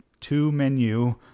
two-menu